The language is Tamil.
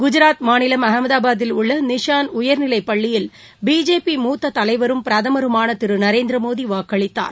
குஜராத் மாநிலம் அகமதாபாத்தில் உள்ள நிஷான் உயர்நிலைப் பள்ளியில் பிஜேபி மூத்த தலைவரும் பிரதமருமான திரு நரேந்திரமோடி வாக்களித்தார்